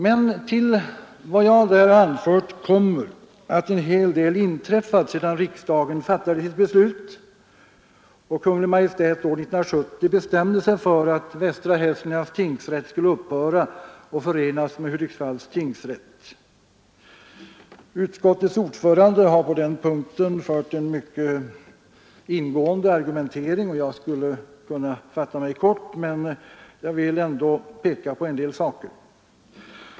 Men till vad som här anförts kommer att en hel del inträffat sedan riksdagen fattade sitt beslut och Kungl. Maj:t år 1970 bestämde sig för att Västra Hälsinglands tingsrätt skulle upphöra och förenas med Hudiksvalls tingsrätt. Utskottets ordförande har på denna punkt fört en mycket ingående argumentering, och jag skall därför fatta mig kort. Men jag vill ändå peka på en del saker.